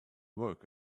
work